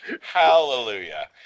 Hallelujah